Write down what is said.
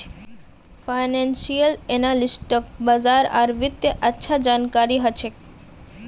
financial एनालिस्टक बाजार आर वित्तेर अच्छा जानकारी ह छेक